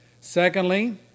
Secondly